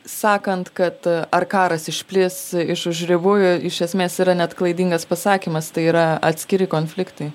sakant kad ar karas išplis iš už ribų iš esmės yra net klaidingas pasakymas tai yra atskiri konfliktai